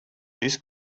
this